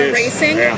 racing